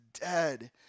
dead